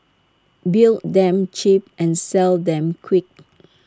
build them cheap and sell them quick